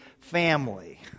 family